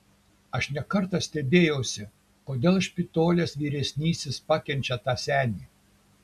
aš ne kartą stebėjausi kodėl špitolės vyresnysis pakenčia tą senį